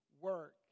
work